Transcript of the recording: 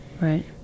Right